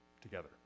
together